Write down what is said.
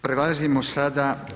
Prelazimo sada.